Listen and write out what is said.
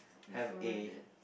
have a